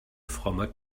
frommer